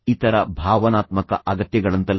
ಇದು ಹಸಿವು ಮತ್ತು ನಂತರ ಇತರ ಭಾವನಾತ್ಮಕ ಅಗತ್ಯಗಳಂತಲ್ಲ